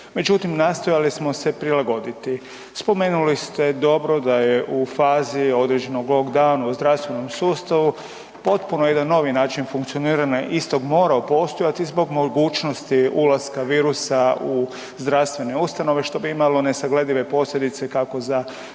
međutim nastojali smo se prilagoditi. Spomenuli ste dobro da je u fazi određenog lockdowna u zdravstvenom sustavu potpuno jedan novi način funkcioniranja istog morao postojati zbog mogućnosti ulaska virusa u zdravstvene ustanove što bi imalo nesagledive posljedice kako za bolesnike